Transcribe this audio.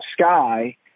Sky